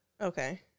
Okay